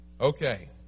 Okay